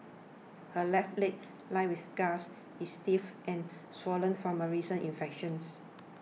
her left leg lined with scars is stiff and swollen from a recent infections